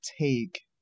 take